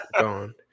gone